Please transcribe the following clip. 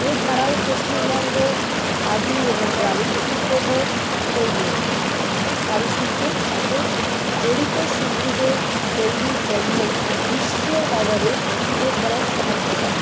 এছাড়াও পশ্চিমবঙ্গ খাদি এবং গ্রামীণ শিল্প বোর্ড তৈরি হয়েছে কারুশিল্পের সাথে জড়িত শিল্পীদের তৈরি পণ্য বিশ্বের বাজারে তুলে ধরার সাহায্য করে